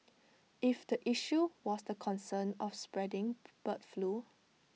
if the issue was the concern of spreading bird flu